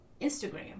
instagram